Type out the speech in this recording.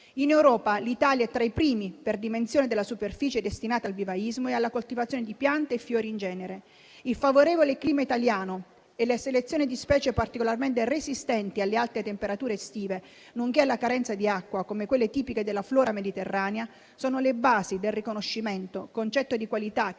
In Europa, l'Italia è tra i primi Paesi per dimensione della superficie destinata al vivaismo e alla coltivazione di piante e fiori in genere. Il favorevole clima italiano e la selezione di specie particolarmente resistenti alle alte temperature estive, nonché alla carenza di acqua, come quelle tipiche della flora mediterranea, sono le basi del riconoscimento e del concetto di qualità che